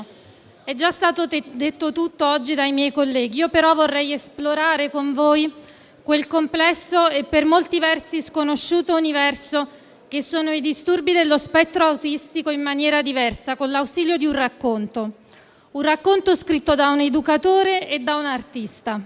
è già stato detto tutto dai miei colleghi, io però vorrei esplorare con voi il complesso e per molti versi sconosciuto universo dei disturbi dello spettro autistico in maniera diversa, con l'ausilio di un racconto; un racconto scritto da un educatore e da un artista.